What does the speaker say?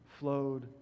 flowed